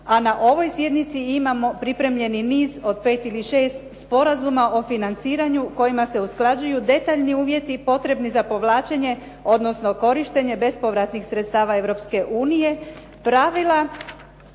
a na ovoj sjednici imamo pripremljeni niz od 5 ili 6 sporazuma o financiranju kojima se usklađuju detaljni uvjeti potrebni za povlačenje odnosno korištenje bespovratnih sredstava Europske